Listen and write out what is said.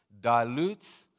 dilutes